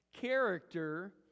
Character